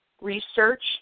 research